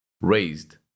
raised